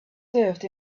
served